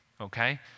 okay